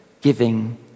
giving